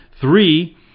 Three